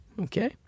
Okay